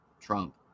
Trump